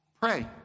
Pray